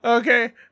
okay